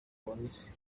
polisi